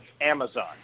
Amazon